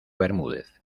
bermúdez